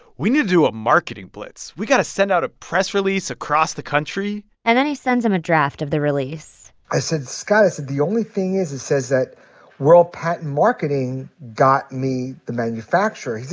we need to do a marketing blitz. we've got to send out a press release across the country and then he sends him a draft of the release i said, scott i said, the only thing is, it says that world patent marketing got me the manufacturer. he